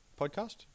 Podcast